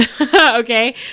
Okay